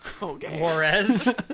Juarez